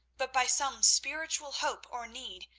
but by some spiritual hope or need,